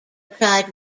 tried